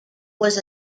was